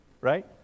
Right